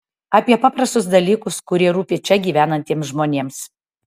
apie paprastus dalykus kurie rūpi čia gyvenantiems žmonėms